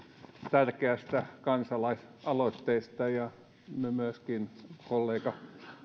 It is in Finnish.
tärkeästä kansalaisaloitteesta ja myöskin kollega